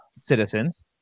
citizens